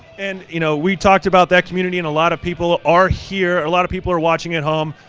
and you know, we talked about that community. and a lot of people are here. a lot of people are watching at home.